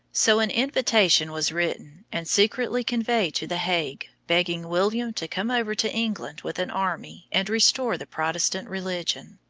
so an invitation was written and secretly conveyed to the hague begging william to come over to england with an army and restore the protestant religion.